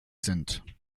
sind